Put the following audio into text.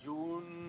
June